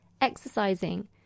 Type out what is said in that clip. exercising